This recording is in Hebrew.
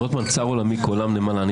רוטמן, צר עולמי כעולם נמלה.